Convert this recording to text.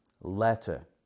letter